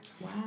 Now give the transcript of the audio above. Wow